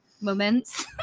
moments